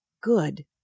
good